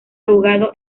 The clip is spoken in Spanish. abogado